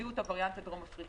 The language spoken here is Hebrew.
הביאו את הווריאנט הדרום אפריקאי,